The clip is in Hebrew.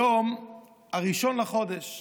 היום אחד בחודש,